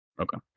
Okay